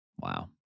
Wow